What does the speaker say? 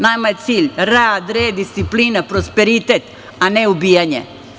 Nama je cilj rad, red, disciplina i prosperitet, a ne ubijanje.